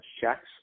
checks